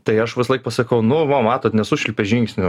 tai aš visąlaik pasakau nu va matot nesušvilpė žingsnių